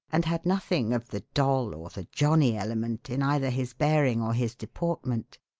and had nothing of the doll or the johnny element in either his bearing or his deportment.